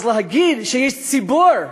אז להגיד שיש ציבור,